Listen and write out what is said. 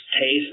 taste